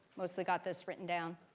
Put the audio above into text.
mostly got this written down?